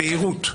בהירות.